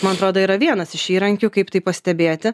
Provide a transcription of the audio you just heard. man atrodo yra vienas iš įrankių kaip tai pastebėti